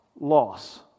loss